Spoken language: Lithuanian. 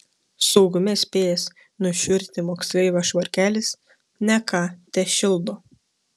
saugume spėjęs nušiurti moksleivio švarkelis ne ką tešildo